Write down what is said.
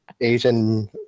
Asian